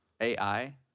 AI